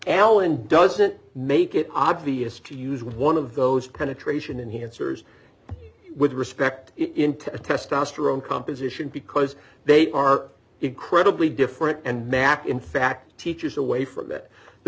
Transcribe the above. alan doesn't make it obvious to use one of those penetration and he answers with respect into testosterone composition because they are incredibly different and math in fact teaches away from it the